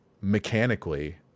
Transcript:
mechanically